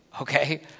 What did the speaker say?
Okay